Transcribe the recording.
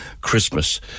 Christmas